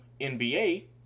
NBA